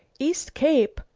east cape?